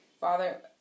Father